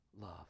love